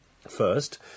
First